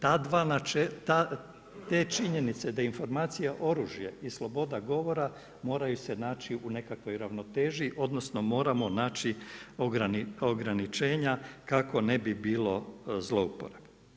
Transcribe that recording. Te činjenice da informacija oružje i sloboda govora moraju se naći u nekakvoj ravnoteži odnosno moramo naći ograničenja kako ne bi bilo zlouporabe.